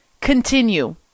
continue